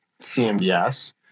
CMBS